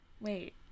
Wait